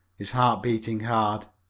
his heart beating hard.